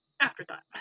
afterthought